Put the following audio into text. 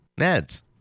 Neds